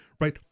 right